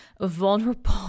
vulnerable